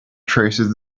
traces